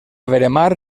veremar